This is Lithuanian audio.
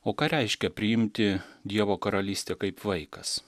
o ką reiškia priimti dievo karalystę kaip vaikas